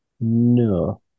No